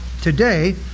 today